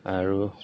আৰু